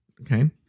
okay